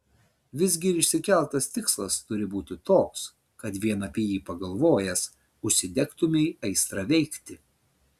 visgi ir išsikeltas tikslas turi būti toks kad vien apie jį pagalvojęs užsidegtumei aistra veikti